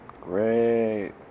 Great